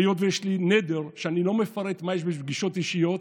היות שיש לי נדר שאני לא מפרט מה בפגישות אישיות,